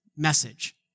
message